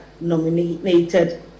nominated